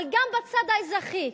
אבל גם בצד האזרחי,